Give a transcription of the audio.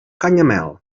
canyamel